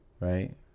right